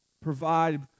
Provide